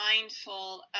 mindful